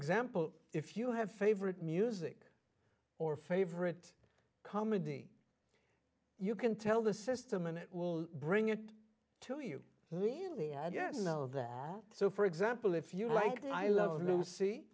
example if you have favorite music or favorite comedy you can tell the system and it will bring it to you really i guess you know that so for example if you like the i love lucy